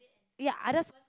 ya I just